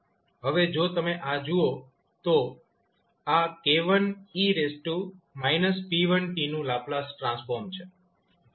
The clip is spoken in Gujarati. હવે જો તમે આ જુઓ તો આ 𝑘1𝑒−𝑝1𝑡 નું લાપ્લાસ ટ્રાન્સફોર્મ છે